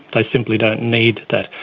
they simply don't need that.